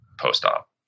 post-op